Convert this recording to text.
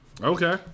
Okay